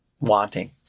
wanting